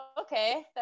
okay